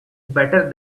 better